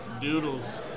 Doodles